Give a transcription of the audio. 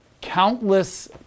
countless